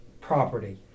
property